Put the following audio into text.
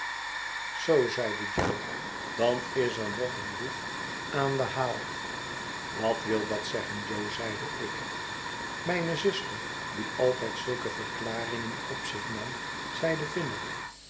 zoo zeide jo dan is er nog eenboefaan den haal wat wil dat zeggen jo zeide ik mijne zuster die altijd zulke verklaringen op zich nam zeide vinnig